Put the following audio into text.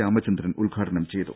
രാമചന്ദ്രൻ ഉദ്ഘാടനം ചെയ്തു